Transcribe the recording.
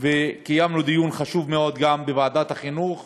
קיימנו דיון חשוב מאוד גם בוועדת החינוך